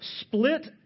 split